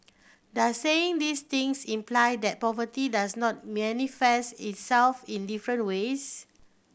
does saying these things imply that poverty does not manifest itself in different ways